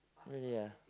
ya